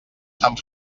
sant